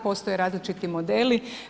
Postoje različiti modeli.